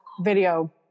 video